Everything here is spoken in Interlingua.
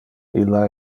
illa